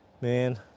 man